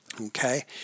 Okay